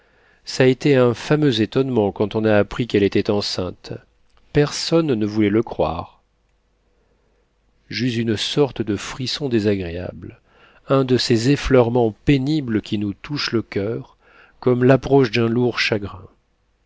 ç'a été un fameux étonnement quand on a appris qu'elle était enceinte personne ne voulait le croire j'eus une sorte de frisson désagréable un de ces effleurements pénibles qui nous touchent le coeur comme l'approche d'un lourd chagrin